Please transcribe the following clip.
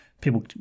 people